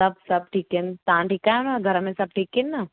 सभु सभु ठीकु आहिनि तव्हां ठीकु आहियो न घर में सभु ठीकु आहिनि न